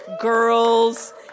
Girls